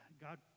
God